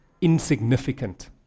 insignificant